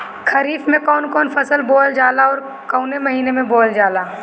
खरिफ में कौन कौं फसल बोवल जाला अउर काउने महीने में बोवेल जाला?